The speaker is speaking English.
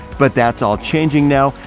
but that's all changing now.